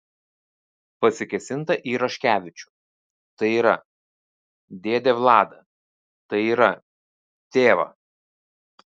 pasikėsinta į raškevičių tai yra dėdę vladą tai yra tėvą